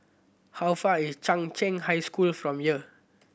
how far is Chung Cheng High School from here